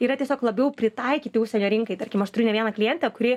yra tiesiog labiau pritaikyti užsienio rinkai tarkim aš turiu ne vieną klientę kuri